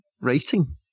writing